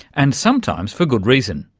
and sometimes for good reason,